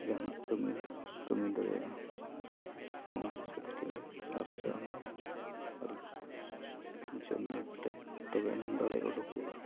ᱡᱟᱦᱟᱱᱟᱜ ᱠᱟᱹᱢᱤ ᱠᱟᱹᱢᱤ ᱫᱟᱲᱮᱭᱟᱜᱼᱟ ᱱᱚᱣᱟ ᱦᱤᱥᱟᱹᱵ ᱛᱮᱜᱮ ᱟᱨᱡᱟᱣᱢᱮ ᱟᱨ ᱡᱚᱢ ᱧᱩ ᱠᱟᱛᱮᱫ ᱛᱚᱵᱮᱭᱮᱱᱟᱝ ᱫᱟᱲᱮ ᱩᱰᱩᱠᱚᱜᱼᱟ